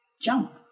jump